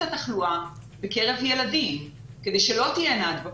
התחלואה בקרב ילדים כדי שלא תהיינה הדבקות.